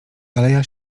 aleja